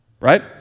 Right